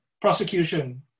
prosecution